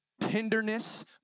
tenderness